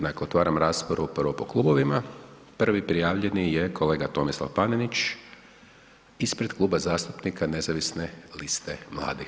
Dakle, otvaram raspravu prvo po klubovima, prvi prijavljeni je kolega Tomislav Panenić ispred Kluba zastupnika Nezavisne liste mladih.